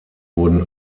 wurden